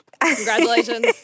Congratulations